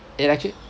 it actually